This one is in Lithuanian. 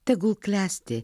tegul klesti